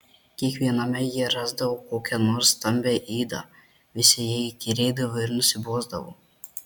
kiekviename ji rasdavo kokią nors stambią ydą visi jai įkyrėdavo ir nusibosdavo